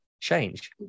change